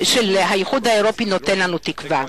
האיחוד האירופי נותן לנו תקווה.